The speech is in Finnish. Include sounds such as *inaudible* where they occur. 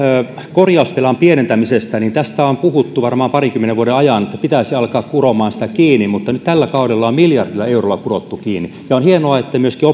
korjausvelan pienentämisestä tästä on puhuttu varmaan parinkymmenen vuoden ajan että pitäisi alkaa kuromaan sitä kiinni mutta nyt tällä kaudella sitä on miljardilla eurolla kurottu kiinni ja on hienoa että myöskin *unintelligible*